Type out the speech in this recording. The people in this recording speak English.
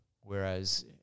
Whereas